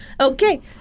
Okay